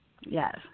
Yes